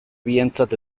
bientzat